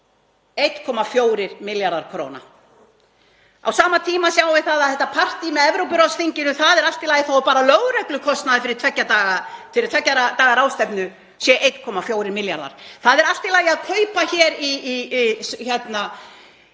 1,4 milljarða kr. Á sama tíma sjáum við með þetta partí með Evrópuráðsþinginu, að það er allt í lagi þótt bara lögreglukostnaðurinn fyrir tveggja daga ráðstefnu sé 1,4 milljarðar. Það er allt í lagi að kaupa hérna